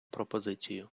пропозицію